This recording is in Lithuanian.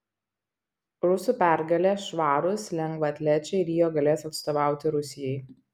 rusų pergalė švarūs lengvaatlečiai rio galės atstovauti rusijai